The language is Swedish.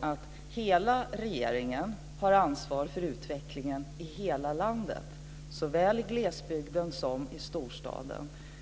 att hela regeringen har ansvar för utvecklingen i hela landet, såväl i glesbygden som i storstaden.